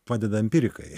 padeda empirikai